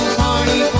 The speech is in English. party